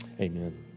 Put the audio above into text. Amen